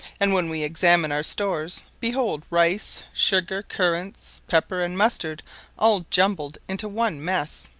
and when we examine our stores, behold rice, sugar, currants, pepper, and mustard all jumbled into one mess.